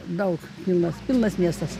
daug pilnas pilnas miestas